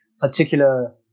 particular